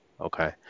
Okay